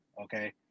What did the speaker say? Okay